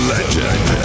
Legend